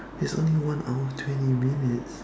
it's only one hour twenty minutes